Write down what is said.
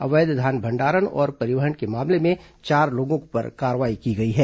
अवैध धान भंडारण और परिवहन के मामले में चार लोगों पर कार्रवाई की गई है